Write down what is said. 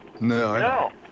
No